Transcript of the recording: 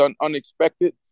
unexpected